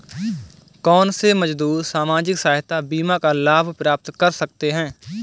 कौनसे मजदूर सामाजिक सहायता बीमा का लाभ प्राप्त कर सकते हैं?